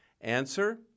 Answer